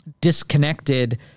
disconnected